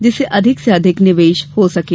जिससे अधिक से अधिक निवेश हो सकें